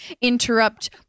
interrupt